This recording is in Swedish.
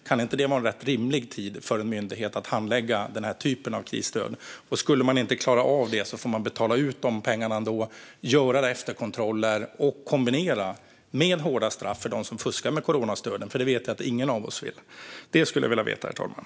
Kan inte det vara en rätt rimlig tid för en myndighet att handlägga denna typ av krisstöd? Skulle man inte klara av det får man betala ut pengarna ändå, göra efterkontroller och kombinera med hårda straff för dem som fuskar med coronastöden, för det vet vi att ingen av oss vill se. Det skulle jag vilja ha svar på, herr talman.